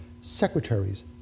secretaries